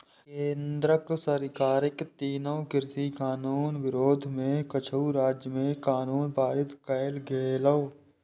केंद्र सरकारक तीनू कृषि कानून विरोध मे किछु राज्य मे कानून पारित कैल गेलै